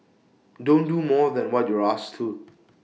don't do more than what you're asked to